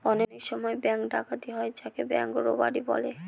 অনেক সময় ব্যাঙ্ক ডাকাতি হয় যাকে ব্যাঙ্ক রোবাড়ি বলে